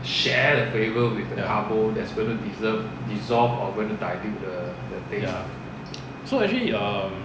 ya ya so actually uh